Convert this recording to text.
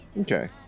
Okay